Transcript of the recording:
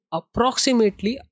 approximately